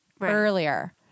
earlier